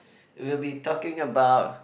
we'll be talking about